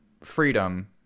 freedom